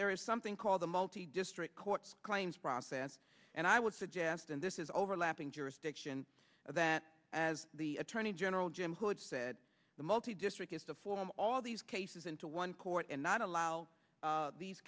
there is something called the multi district courts claims process and i would suggest and this is overlapping jurisdiction that as the attorney general jim hood said the multi district has to form all these cases into one court and not allow these